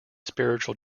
spiritual